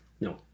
No